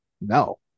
No